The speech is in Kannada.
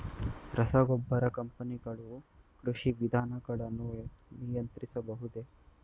ರಸಗೊಬ್ಬರ ಕಂಪನಿಗಳು ಕೃಷಿ ವಿಧಾನಗಳನ್ನು ನಿಯಂತ್ರಿಸಬಹುದೇ?